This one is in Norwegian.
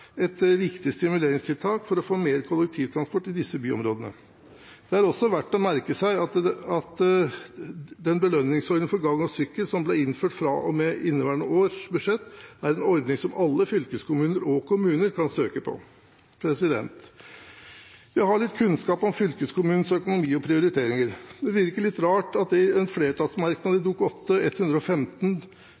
et viktig stimuleringstiltak for å få mer kollektivtransport i disse byområdene. Det er også verdt å merke seg at den belønningsordningen for gang- og sykkelveier, som ble innført fra og med inneværende års budsjett, er en ordning som alle fylkeskommuner og kommuner kan søke på. Jeg har litt kunnskap om fylkeskommunenes økonomi og prioriteringer. Det virker litt rart at man i en flertallsmerknad